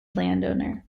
landowner